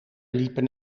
liepen